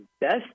Best